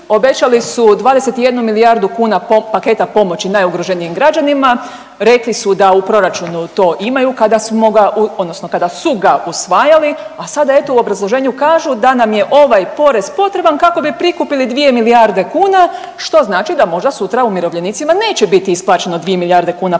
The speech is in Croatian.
obećali su 21 milijardu kuna paketa pomoći najugroženijim građanima, rekli su da u proračunu to imaju kada smo ga odnosno kada su ga usvajali, a sada eto u obrazloženju kažu da nam je ovaj porez potreban kako bi prikupili dvije milijarde kuna, što znači da možda sutra umirovljenicima neće bit isplaćeno dvije milijarde kuna pomoći.